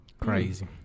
Crazy